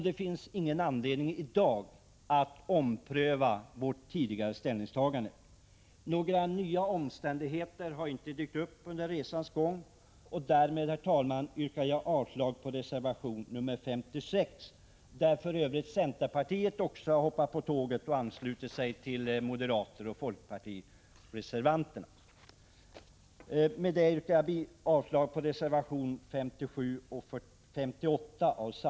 Det finns ingen anledning att i dag ompröva vårt tidigare ställningstagande. Några nya omständigheter har inte dykt upp under resans gång. Därmed, herr talman, yrkar jag avslag på reservation 56. Här har för övrigt också centerpartiet hoppat på tåget och anslutit sig till moderatoch folkpartireservanterna. Av samma skäl yrkar jag avslag också på reservationerna 57 och 58.